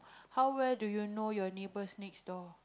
how well do you know your neighbours next door